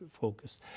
focus